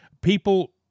People